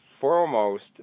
foremost